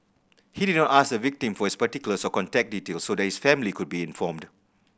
he did not ask the victim for his particulars or contact details so that his family could be informed